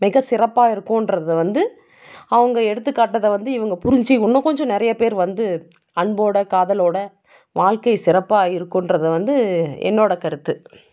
மிகச் சிறப்பாக இருக்குன்றதை வந்து அவங்க எடுத்துக்காட்டுறதை வந்து இவங்க புரிஞ்சிக்கணும் இன்னும் கொஞ்சம் நிறைய பேர் வந்து அன்போடு காதலோடு வாழ்க்கை சிறப்பாக இருக்குன்றதை வந்து என்னோட கருத்து